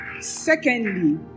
Secondly